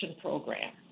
program